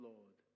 Lord